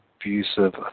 abusive